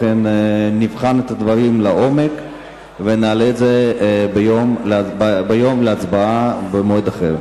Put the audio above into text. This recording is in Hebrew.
לכן נבחן את הדברים לעומק ונעלה את זה להצבעה במועד אחר.